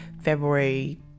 February